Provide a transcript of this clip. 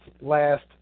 last